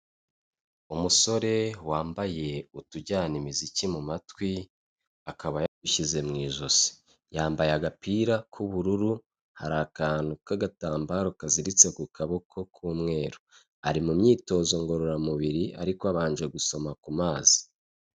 Umusore wambaye utujyana imiziki mu matwi akaba yabishyize mu ijosi yambaye agapira k'ubururu hari akantu k'agatambaro kaziziritse ku kaboko k'umweru ari mu myitozo ngororamubiri ariko abanje gusoma ku mazi.